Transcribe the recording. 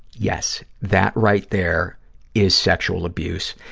yes, that right there is sexual abuse,